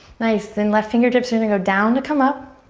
nice. then left fingertips are gonna go down to come up.